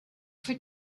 for